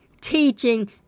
teaching